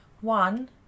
One